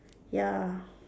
ya